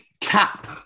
cap